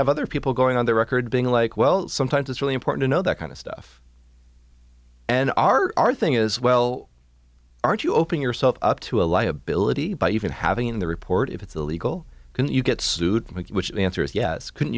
have other people going on the record being like well sometimes it's really important to know that kind of stuff and our our thing is well aren't you open yourself up to a liability by even having the report if it's illegal can you get sued which answer is yes c